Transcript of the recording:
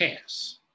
pass